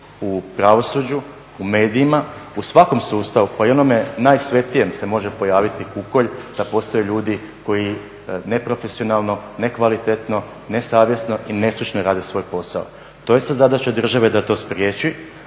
u pravosuđu, u medijima, u svakom sustavu pa i onome najsvetijem se može pojaviti … da postoje ljudi koji neprofesionalno, nekvalitetno, nesavjesno i nestručno rade svoj posao. To je sad zadaća države da to spriječi,